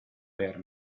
per